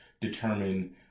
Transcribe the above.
determine